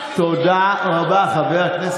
אתה יכול גם להכניס